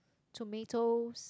tomatoes